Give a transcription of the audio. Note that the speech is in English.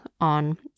on